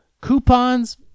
Coupons